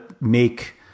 make